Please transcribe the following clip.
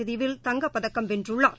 பிரிவில் தங்கப்பதக்கம் வென்றுள்ளார்